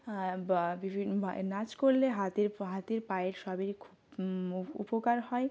বা বিভিন্ন ভাই নাচ করলে হাতের হাতের পায়ের সবেরই খুব উপকার হয়